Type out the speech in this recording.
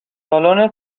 سالن